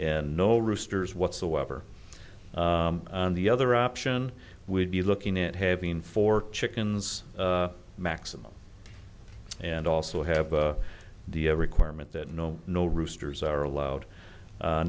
and no roosters whatsoever on the other option would be looking at having four chickens maximum and also have the requirement that no no roosters are allowed